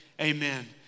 amen